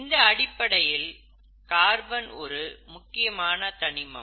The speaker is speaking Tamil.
இந்த அடிப்படையில் கார்பன் ஒரு முக்கியமான தனிமம்